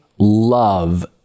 Love